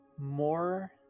more